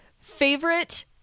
favorite